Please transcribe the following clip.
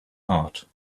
heart